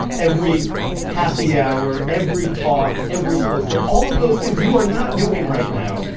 every happy hour, every talk, every poster. all of those things you are not doing right now.